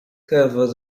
covered